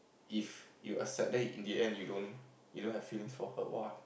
if you accept then in the end you don't you don't have feelings for her !wow!